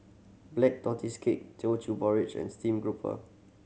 Black Tortoise Cake Teochew Porridge and steamed grouper